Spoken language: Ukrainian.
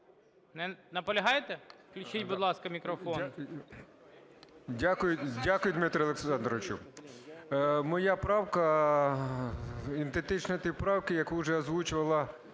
Дякую, Дмитре Олександровичу. Моя правка ідентична тій правці, яку вже озвучувала